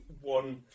one